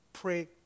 pray